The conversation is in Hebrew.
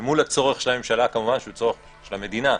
אל מול הצורך של הממשלה שהוא כמובן הצורך של המדינה,